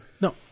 No